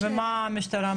ומה עם המשטרה?